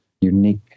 unique